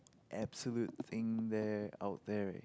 absolute thing there out there